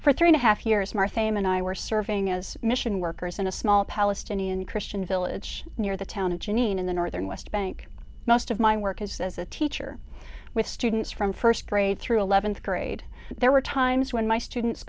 for three and a half years my fame and i were serving as mission workers in a small palestinian christian village near the town of janine in the northern west bank most of my work is that as a teacher with students from first grade through eleventh grade there were times when my students